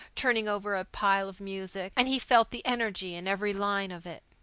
turning over a pile of music, and he felt the energy in every line of it.